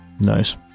Nice